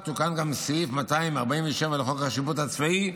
תוקן גם סעיף 247 לחוק השיפוט הצבאי,